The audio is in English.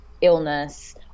illness